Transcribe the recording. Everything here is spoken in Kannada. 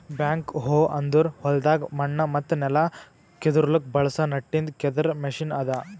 ಬ್ಯಾಕ್ ಹೋ ಅಂದುರ್ ಹೊಲ್ದಾಗ್ ಮಣ್ಣ ಮತ್ತ ನೆಲ ಕೆದುರ್ಲುಕ್ ಬಳಸ ನಟ್ಟಿಂದ್ ಕೆದರ್ ಮೆಷಿನ್ ಅದಾ